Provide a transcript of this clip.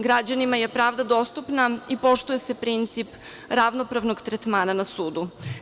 Građanima je pravda dostupna i poštuje se princip ravnopravnog tretmana na sudu.